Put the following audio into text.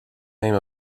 name